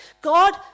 God